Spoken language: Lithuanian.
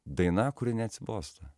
daina kuri neatsibosta